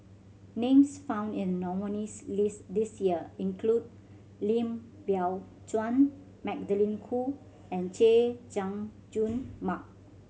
names found in the nominees' list this year include Lim Biow Chuan Magdalene Khoo and Chay Jung Jun Mark